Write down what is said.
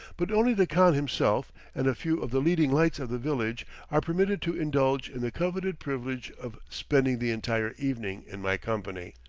but only the khan himself and a few of the leading lights of the village are permitted to indulge in the coveted privilege of spending the entire evening in my company.